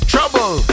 Trouble